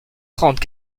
trente